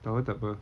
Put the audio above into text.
tahu takpe